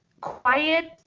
quiet